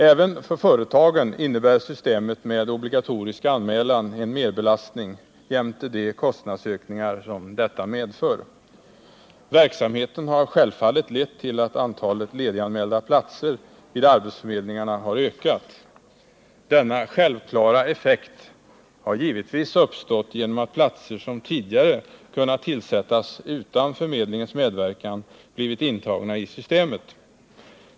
Även för företagen innebär systemet med obligatorisk anmälan en merbelastning jämte de kostnadsökningar som detta medför. Verksamheten har självfallet lett till att antalet lediganmälda platser vid arbetsförmedlingarna har ökat. Denna självklara effekt har givetvis uppstått genom att platser som tidigare har kunnat tillsättas utan förmedlingens medverkan blivit intagna i systemet.